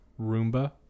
Roomba